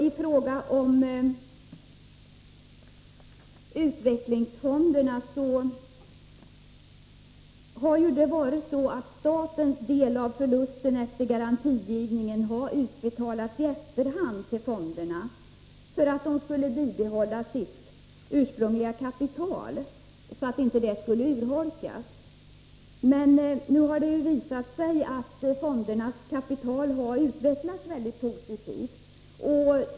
I fråga om utvecklingsfonderna har det varit så att statens del av förluster efter garantigivning har utbetalats till fonderna i efterhand, för att de skulle bibehålla sitt ursprungliga kapital och så att detta inte skulle urholkas. Men nu har det ju visat sig att fondernas kapital har utvecklats mycket positivt.